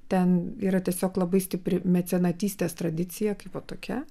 ten yra tiesiog labai stipri mecenatystės tradicija kaipo tokia